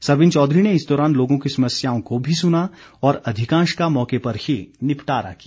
सरवीण चौधरी ने इस दौरान लोगों की समस्याओं को भी सुना और अधिकांश का मौके पर ही निपटारा किया